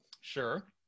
Sure